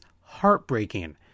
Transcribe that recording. heartbreaking